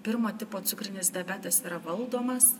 pirmo tipo cukrinis diabetas yra valdomas